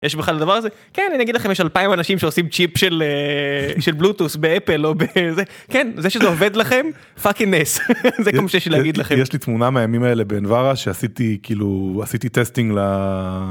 יש בכלל דבר כזה כן אני אגיד לכם יש אלפיים אנשים שעושים צ'יפ של של בלוטוס באפל כן זה שזה עובד לכם פאקינג נס יש לי תמונה מהימים האלה באנברה שעשיתי כאילו עשיתי טסטינג.